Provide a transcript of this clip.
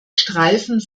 streifen